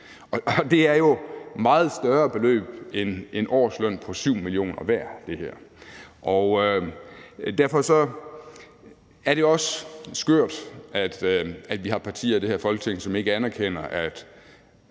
Det her er jo meget større beløb end en årsløn på 7 mio. kr. værd. Derfor er det også skørt, at vi har partier i det her Folketing, som ikke anerkender,